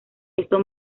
esto